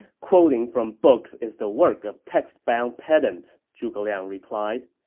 quoting from books is the work of text-bound pedants, zhuge liang replied.